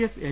S L